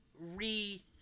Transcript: re